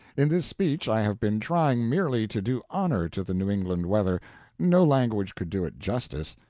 in this speech i have been trying merely to do honor to the new england weather no language could do it justice.